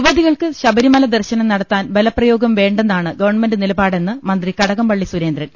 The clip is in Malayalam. യുവതികൾക്ക് ശബരിമല ദർശനം നടത്താൻ ബലപ്രയോഗം വേണ്ടെന്നാണ് ഗവൺമെന്റ് നിലപാടെന്ന് മന്ത്രി കടകംപള്ളി സുരേന്ദ്രൻ